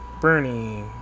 bernie